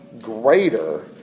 greater